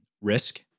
risk